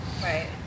Right